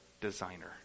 designer